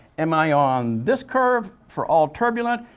am i on this curve for all turbulent?